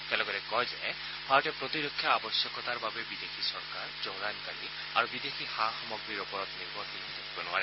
তেওঁ লগতে কয় যে ভাৰতে প্ৰতিৰক্ষা আৱশ্যকতাৰ বাবে বিদেশী চৰকাৰ যোগানকাৰী আৰু বিদেশী সা সামগ্ৰীৰ ওপৰত নিৰ্ভৰশীল হৈ থাকিব নোৱাৰে